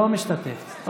לא משתתף.